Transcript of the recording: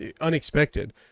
unexpected